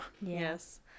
Yes